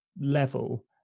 level